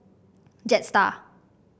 Jetstar